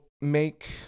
make